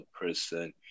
person